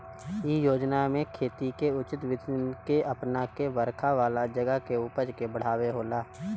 इ योजना में खेती के उचित विधि के अपना के बरखा वाला जगह पे उपज के बढ़ावे के होला